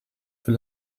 für